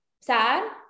sad